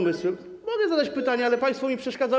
Mogę zadać pytanie, ale państwo mi przeszkadzają.